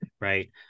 right